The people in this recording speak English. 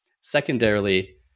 Secondarily